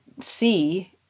see